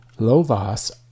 Lova's